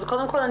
קודם כל,